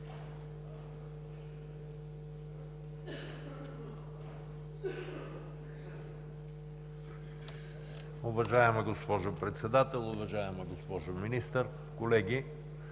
Уважаема госпожо Председател, уважаема госпожо Министър, колеги!